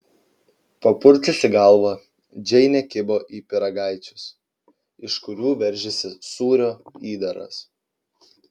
papurčiusi galvą džeinė kibo į pyragaičius iš kurių veržėsi sūrio įdaras